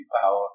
power